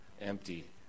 empty